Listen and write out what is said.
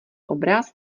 obraz